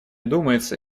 думается